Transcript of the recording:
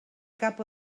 cap